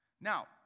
Now